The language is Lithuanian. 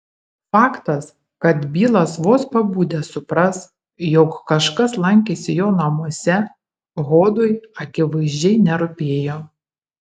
faktas kad bilas vos pabudęs supras jog kažkas lankėsi jo namuose hodui akivaizdžiai nerūpėjo